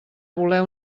voler